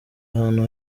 ahantu